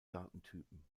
datentypen